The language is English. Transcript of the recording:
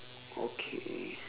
okay